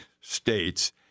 states